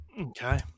Okay